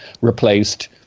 replaced